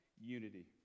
unity